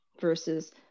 versus